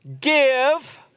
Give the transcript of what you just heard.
give